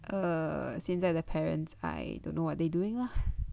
err 现在的 parents I don't know what they doing lah